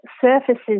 surfaces